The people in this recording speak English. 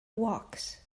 walks